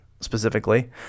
specifically